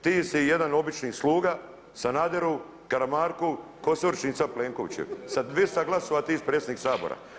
Ti si jedan obični sluga Sanaderu, Karamarku, Kosoričin i sada Plenkovićev, sa 200 glasova ti si predsjednik Sabora.